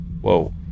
Whoa